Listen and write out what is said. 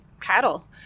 cattle